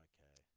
Okay